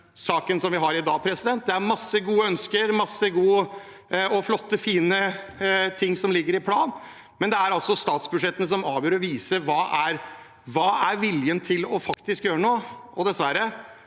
saken som vi har i dag. Det er mange gode ønsker, mange gode og flotte, fine ting som ligger i planen, men det er statsbudsjettene som avgjør og viser viljen til faktisk å gjøre noe. Dessverre